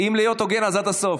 אם להיות הוגן, אז עד הסוף.